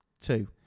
Two